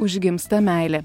užgimsta meilė